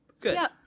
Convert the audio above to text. Good